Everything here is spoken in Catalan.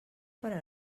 per